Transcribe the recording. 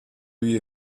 you